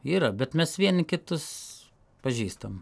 yra bet mes vieni kitus pažįstam